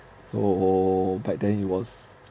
so back then it was